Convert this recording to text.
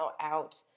out